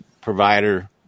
provider